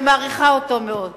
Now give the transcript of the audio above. ומעריכה אותו מאוד,